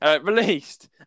Released